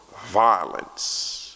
violence